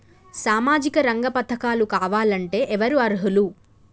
సామాజిక రంగ పథకాలు కావాలంటే ఎవరు అర్హులు?